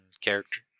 character